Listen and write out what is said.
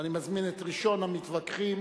ואני מזמין את ראשון המתווכחים